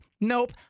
nope